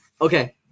Okay